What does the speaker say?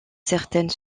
certaines